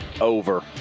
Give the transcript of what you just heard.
over